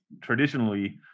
traditionally